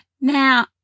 Now